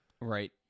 Right